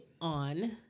on